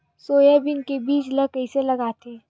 Soybean के बीज ल कइसे लगाथे?